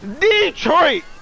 Detroit